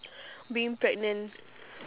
being pregnant